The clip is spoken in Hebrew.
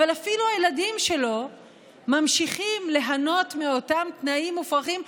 אבל אפילו הילדים שלו ממשיכים ליהנות מאותם תנאים מופרכים.